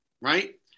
Right